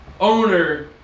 owner